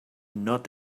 not